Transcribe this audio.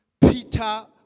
Peter